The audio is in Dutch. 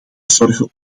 zorgen